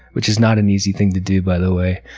which is not an easy thing to do, by the way.